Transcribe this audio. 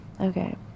Okay